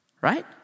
right